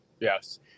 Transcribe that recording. Yes